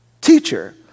teacher